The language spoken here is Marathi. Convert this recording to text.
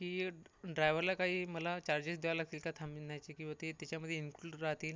की ड्रायवरला काही मला चार्जेस द्यावे लागतील का थांबण्याचे किंवा ते त्याच्यामध्ये इनक्लुड राहतील